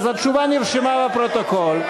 התשובה נרשמה בפרוטוקול.